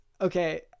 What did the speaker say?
Okay